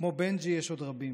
כמו בנג'י יש עוד רבים,